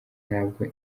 ntabwo